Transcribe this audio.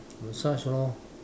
massage lor